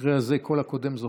במקרה הזה כל הקודם זוכה.